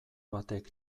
batek